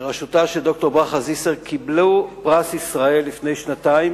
בראשותה של ד"ר ברכה זיסר, קיבלה לפני שנתיים